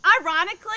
Ironically